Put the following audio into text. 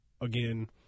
again